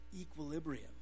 equilibrium